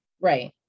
right